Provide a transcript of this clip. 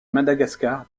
madagascar